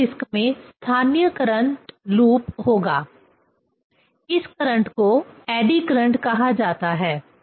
धातु डिस्क में स्थानीय करंट लूप होगा इस करंट को एडी करंट कहा जाता है